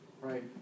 right